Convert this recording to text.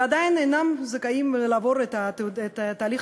ועדיין אינם זכאים לעבור את תהליך